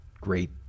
great